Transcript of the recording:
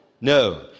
No